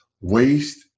waste